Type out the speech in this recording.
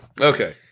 Okay